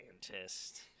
scientist